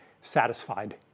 satisfied